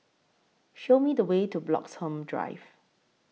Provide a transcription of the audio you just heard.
Show Me The Way to Bloxhome Drive